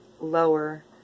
lower